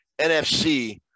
NFC